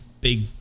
big